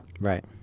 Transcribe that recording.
Right